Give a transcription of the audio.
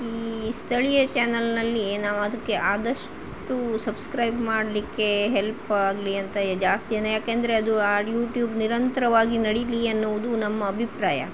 ಈ ಸ್ಥಳೀಯ ಚಾನಲ್ನಲ್ಲಿ ನಾವು ಅದಕ್ಕೆ ಆದಷ್ಟು ಸಬ್ಸ್ಕ್ರೈಬ್ ಮಾಡ್ಲಿಕ್ಕೆ ಹೆಲ್ಪ್ ಆಗಲಿ ಅಂತೆಯೆ ಜಾಸ್ತಿನೆ ಯಾಕೆಂದರೆ ಅದು ಆ ಯೂಟ್ಯೂಬ್ ನಿರಂತರವಾಗಿ ನಡೀಲಿ ಅನ್ನುವುದು ನಮ್ಮ ಅಭಿಪ್ರಾಯ